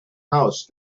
house